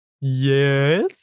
Yes